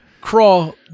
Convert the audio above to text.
crawl